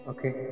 Okay